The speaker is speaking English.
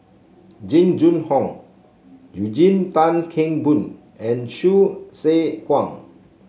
Jing Jun Hong Eugene Tan Kheng Boon and Hsu Tse Kwang